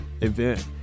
event